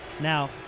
Now